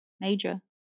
major